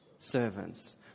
servants